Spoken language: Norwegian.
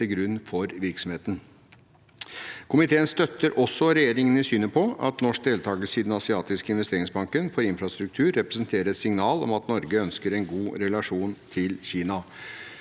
til grunn for virksomheten. Komiteen støtter også regjeringen i synet på at norsk deltakelse i Den asiatiske investeringsbanken for infrastruktur representerer et signal om at Norge ønsker en god relasjon til Kina.